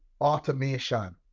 automation